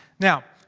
now!